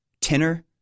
tenor